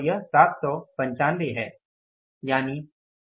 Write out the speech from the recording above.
३५ ३५ और the ९ ५ है